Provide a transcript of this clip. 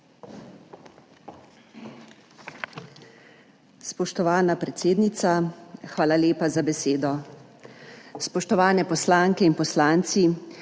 Spoštovana predsednica, hvala lepa za besedo. Spoštovani poslanke in poslanci!